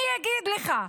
אני אגיד לך,